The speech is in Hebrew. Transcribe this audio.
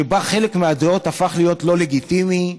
שבה חלק מהדעות הפך להיות לא לגיטימי,